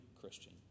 Christian